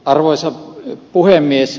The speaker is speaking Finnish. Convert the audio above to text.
arvoisa puhemies